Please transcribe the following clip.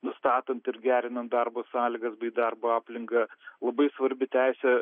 nustatant ir gerinant darbo sąlygas bei darbo aplinką labai svarbi teisė